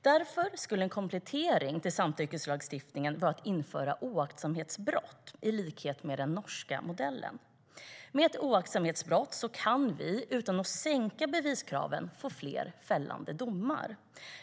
Därför skulle en komplettering till samtyckeslagstiftningen vara att införa oaktsamhetsbrott, i likhet med den norska modellen. Med ett oaktsamhetsbrott kan vi, utan att sänka beviskraven, få fler fällande domar.